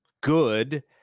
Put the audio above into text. good